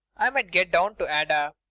i might get down to ada.